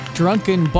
drunken